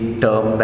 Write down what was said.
term